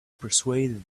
persuaded